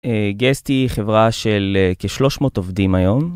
גסטי חברה של כ-300 עובדים היום.